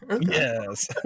Yes